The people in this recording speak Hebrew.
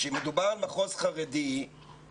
כשמדובר על מחוז חרדי,